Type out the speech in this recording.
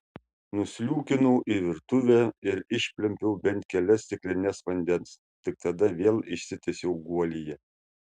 nusliūkinau į virtuvę ir išplempiau bent kelias stiklines vandens tik tada vėl išsitiesiau guolyje